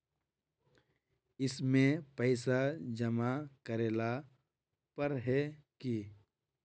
इसमें पैसा जमा करेला पर है की?